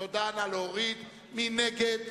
מי נגד?